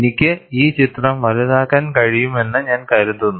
എനിക്ക് ഈ ചിത്രം വലുതാക്കാൻ കഴിയുമെന്ന് ഞാൻ കരുതുന്നു